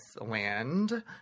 land